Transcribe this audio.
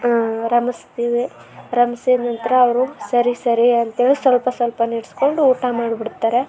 ರಮಿಸ್ತೀವಿ ರಮಿಸಿದ್ ನಂತರ ಅವರು ಸರಿ ಸರಿ ಅಂತೇಳಿ ಸ್ವಲ್ಪ ಸ್ವಲ್ಪ ನೀಡಿಸ್ಕೊಂಡು ಊಟ ಮಾಡಿಬಿಡ್ತಾರೆ